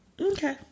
Okay